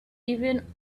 even